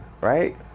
right